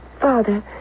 Father